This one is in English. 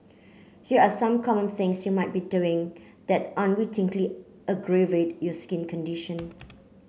here are some common things you might be doing that unwittingly aggravate you skin condition